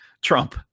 Trump